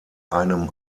einem